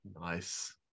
Nice